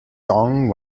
dong